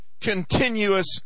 continuous